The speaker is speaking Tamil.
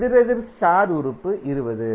எதிரெதிர் ஸ்டார் உறுப்பு 20